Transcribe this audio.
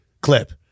clip